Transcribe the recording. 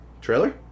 trailer